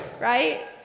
Right